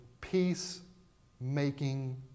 peace-making